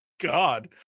God